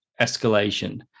escalation